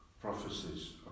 prophecies